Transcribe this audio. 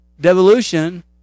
Devolution